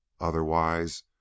Otherwise